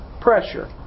pressure